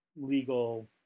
legal